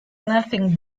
nothing